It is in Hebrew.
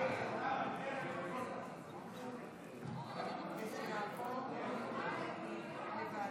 את הצעת חוק ציון יום לאומי לתרומתה ולפועלה של העדה